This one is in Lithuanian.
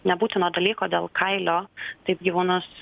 nebūtino dalyko dėl kailio taip gyvūnus